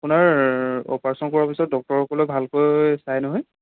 আপোনাৰ অপাৰেচন কৰাৰ পিছত ডক্টৰসকলে ভালকৈ চাই নহয়